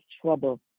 trouble